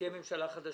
תהיה ממשלה חדשה.